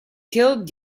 killed